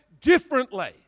differently